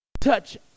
touch